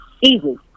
Easy